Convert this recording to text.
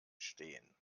stehen